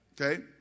Okay